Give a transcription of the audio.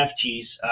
NFTs